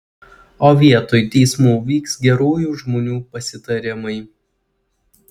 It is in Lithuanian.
o vietoj teismų vyks gerųjų žmonių pasitarimai